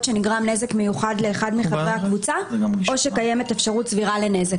שנגרם נזק מיוחד לאחד מחברי הקבוצה או שקיימת אפשרות סבירה לנזק,